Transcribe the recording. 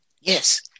Yes